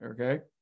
Okay